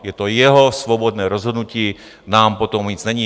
Je to jeho svobodné rozhodnutí, nám po tom nic není.